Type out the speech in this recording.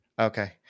Okay